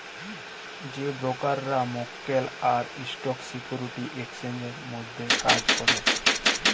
যে ব্রকাররা মক্কেল আর স্টক সিকিউরিটি এক্সচেঞ্জের মধ্যে কাজ ক্যরে